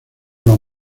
los